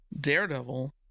daredevil